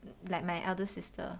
like my elder sister